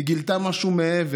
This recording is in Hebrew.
היא גילתה משהו מעבר,